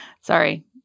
Sorry